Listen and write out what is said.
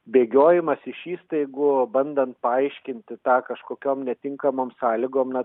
bėgiojimas iš įstaigų bandant paaiškinti tą kažkokiom netinkamom sąlygom na